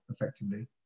effectively